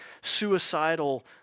suicidal